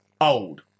old